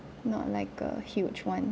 not like a huge one